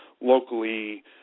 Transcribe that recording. locally